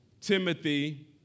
Timothy